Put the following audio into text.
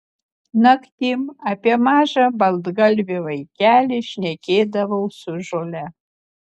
naktim apie mažą baltgalvį vaikelį šnekėdavau su žole